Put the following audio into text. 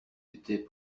était